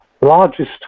largest